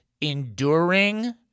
Enduring